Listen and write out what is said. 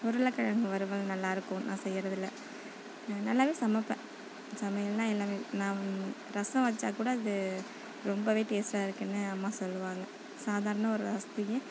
உருளக்கிழங்கு வறுவல் நல்லா இருக்கும் நான் செய்யறதில் நல்லாவே சமைப்பேன் சமையல்னா எல்லாமே நான் ரசம் வச்சால் கூட அது ரொம்பவே டேஸ்டாக இருக்குதுன்னு அம்மா சொல்லுவாங்க சாதாரண ஒரு ரசத்துக்கே